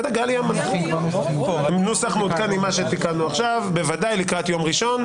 יהיה נוסח מעודכן עם מה שתיקנו עכשיו לקראת יום ראשון.